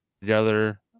together